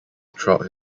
throughout